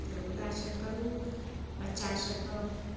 तऽ उएह सब करू बच्चा सबके